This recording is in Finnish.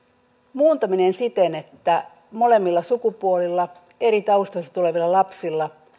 muuntaminen siten että molemmilla sukupuolilla eri taustoista tulevilla lapsilla